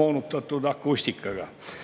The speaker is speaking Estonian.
moonutatud akustikaga.